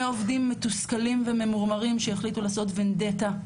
עובדים מתוסכלים וממורמרים שהחליטו לעשות ונדטה.